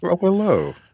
hello